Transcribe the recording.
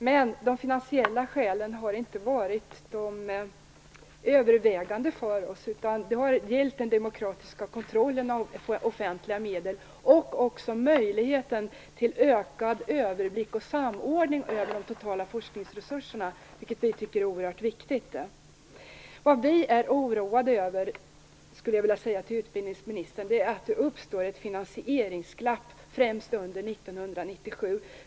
Men de finansiella skälen har inte varit övervägande för oss, utan det har gällt den demokratiska kontrollen av offentliga medel och möjligheten till ökad överblick över och samordning av de totala forskningsresurserna, vilket vi tycker är oerhört viktigt. Vad vi är oroade över, skulle jag vilja säga till utbildningsministern, är att det uppstår ett finansieringsglapp, främst under 1997.